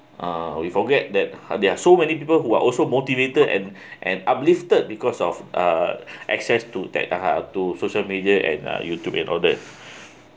uh we forget that there are so many people who are also motivated and and uplifted because of uh access to that the uh !huh! to social media and youtube and all that